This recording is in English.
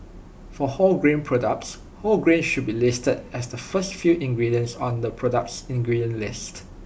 for wholegrain products whole grain should be listed as the first few ingredients on the product's ingredients list